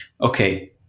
okay